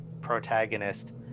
protagonist